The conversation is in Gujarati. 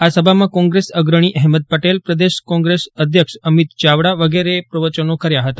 આ સભામાં કોંગ્રેસ અગ્રણી અહેમદ પટેલ પ્રદેશ કોંગ્રેસ અઘ્યક્ષ અમિત ચાવડા વગેરેએ પ્રવચનો કર્યા હતા